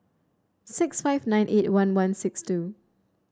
six five nine eight one one six two